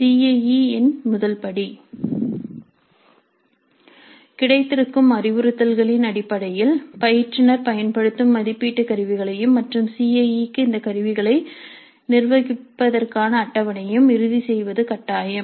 CIE என் முதல் படி கிடைத்திருக்கும் அறிவுறுத்தல்களின் அடிப்படையில் பயிற்றுனர் பயன்படுத்தும் மதிப்பீட்டு கருவிகளையும் மற்றும் சிஐஈ க்கு இந்த கருவிகளை நிர்வகிப்பதற்கான அட்டவணையும் இறுதி செய்வது கட்டாயம்